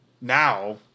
Now